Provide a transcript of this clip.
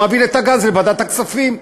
הוא מעביר את הגז לוועדת הכספים.